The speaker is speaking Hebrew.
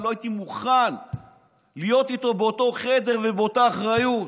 לא הייתי מוכן להיות איתו באותו חדר ובאותה אחריות.